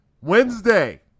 Wednesday